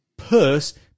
purse